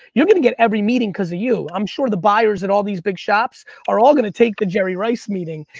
you're gonna get every meeting because of you. i'm sure the buyers at all these big shops are all gonna take the jerry rice meeting.